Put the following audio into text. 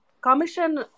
commission